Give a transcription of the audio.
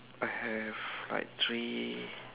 I have like three